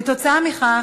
כתוצאה מכך,